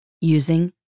using